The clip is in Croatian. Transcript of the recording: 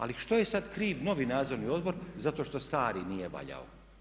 Ali što je sada kriv novi nadzorni odbor zato što stari nije valjao?